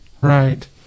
Right